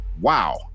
Wow